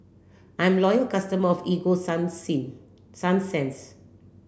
I'm a loyal customer of Ego sunsense